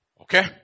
Okay